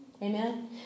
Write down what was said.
Amen